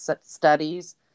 studies